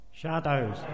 Shadows